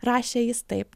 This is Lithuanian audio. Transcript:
rašė jis taip